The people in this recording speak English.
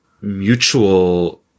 mutual